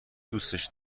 دوستش